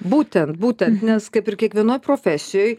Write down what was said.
būtent būtent nes kaip ir kiekvienoj profesijoj